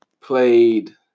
played